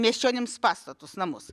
miesčionims pastatus namus